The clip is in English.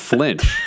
Flinch